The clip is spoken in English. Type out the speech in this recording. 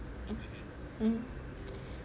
mmhmm